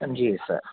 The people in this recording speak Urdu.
جی سر